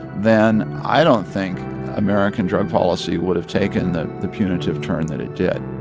then i don't think american drug policy would have taken the the punitive turn that it did